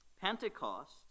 Pentecost